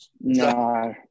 no